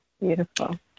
Beautiful